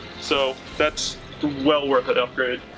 so that's well worth it upgrade.